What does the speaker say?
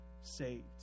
saved